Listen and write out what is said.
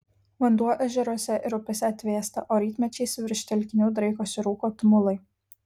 vanduo ežeruose ir upėse atvėsta o rytmečiais virš telkinių draikosi rūko tumulai